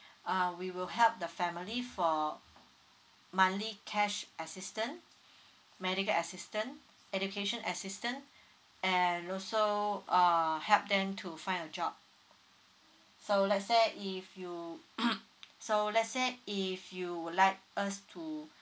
uh we will help the family for monthly cash assistant medical assistant education assistant and also uh help them to find a job so let's say if you so let's say if you would like us to